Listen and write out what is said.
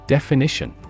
Definition